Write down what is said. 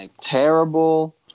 terrible